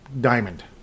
Diamond